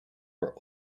were